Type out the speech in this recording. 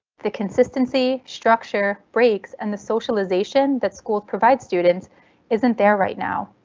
the consistency, structure, breaks and the socialization that schools provide students isn't there right now.